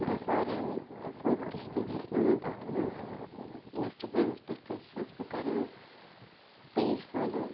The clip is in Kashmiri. بیٚیہِ فاریَن فُڈ تہِ چھِ تِم ہیٚچھناوان تتھ مَنٛز اِنسٹاگرٛامَس پیٚٹھ تہٕ حظ چھَس بہٕ کَران پیج فالوٗ